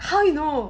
how you know